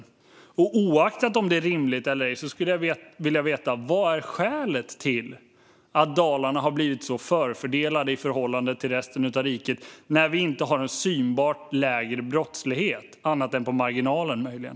Oavsett om det är rimligt eller inte skulle jag vilja veta vad som är skälet till att vi i Dalarna har blivit så förfördelade i förhållande till resten av riket när vi inte har en synbart lägre brottslighet, annat än möjligen på marginalen.